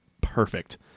perfect